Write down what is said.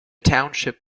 township